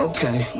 Okay